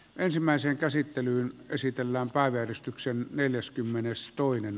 ensimmäisen käsittely esitellään päivystyksen puhumaan